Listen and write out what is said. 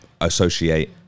associate